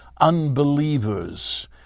unbelievers